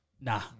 Nah